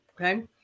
okay